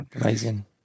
amazing